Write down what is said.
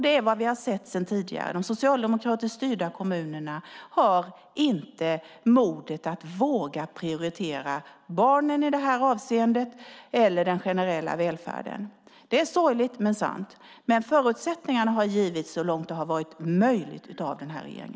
Det är vad vi har sett sedan tidigare. De socialdemokratiskt styrda kommunerna har inte modet att våga prioritera barnen i detta avseende eller den generella välfärden. Det är sorgligt men sant. Men förutsättningarna har givits så långt som det har varit möjligt av denna regering.